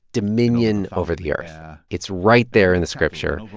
dominion over the earth yeah it's right there in the scripture.